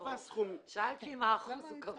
שאלתי אם האחוז קבוע.